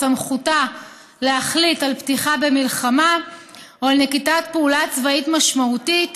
סמכותה להחליט על פתיחה במלחמה או על נקיטת פעולה צבאית משמעותית